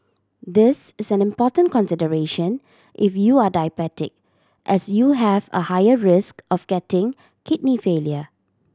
this is an important consideration if you are diabetic as you have a higher risk of getting kidney failure